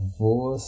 vou